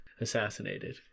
assassinated